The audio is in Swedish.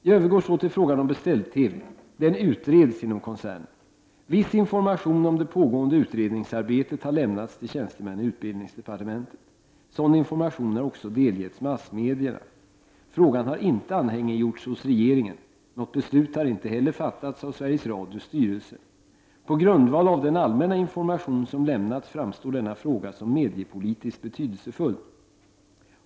Jag övergår nu till frågan om beställ-TV. Den utreds inom koncernen. Viss information om det pågående utredningsarbetet har lämnats till tjänstemän i utbildningsdepartementet. Sådan information har också delgetts massmedierna. Frågan har inte anhängiggjorts hos regeringen. Något beslut har inte heller fattats av Sveriges Radios styrelse. På grundval av den allmänna information som lämnats framstår denna fråga som mediepolitiskt betydelsefull.